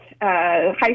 high